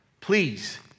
Please